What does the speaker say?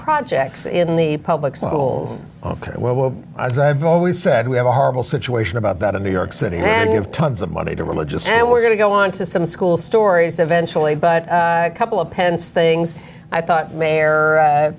projects in the public schools ok well as i've always said we have a horrible situation about that in new york city and you have tons of money to religious and we're going to go on to some school stories eventually but a couple of pence things i thought mayor